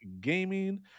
Gaming